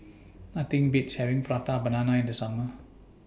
Nothing Beats having Prata Banana in The Summer